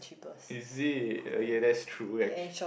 is it okay that's true actua~